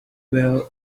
well